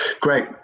Great